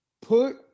put